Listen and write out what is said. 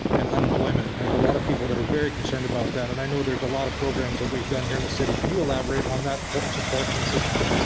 and unemployment. there's a lot of people that are very concerned about that and i know there's a lot of programs that we've done here in the city, can you elaborate on that support and assistance?